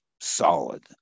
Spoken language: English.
solid